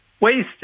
wasted